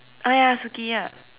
oh ya Sukiya